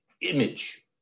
image